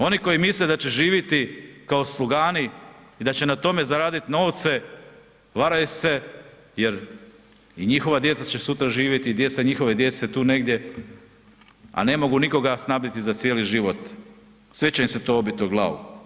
Oni koji misle da će živjeti kao slugani i da će na tome zaraditi novce, varaju se jer i njihova djeca će sutra živjeti i djeca njihove djece tu negdje, a ne mogu nikoga snabdjeti za cijeli život, sve će im se to obiti o glavu.